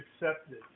accepted